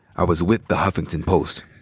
i was with the huffington post.